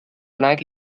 like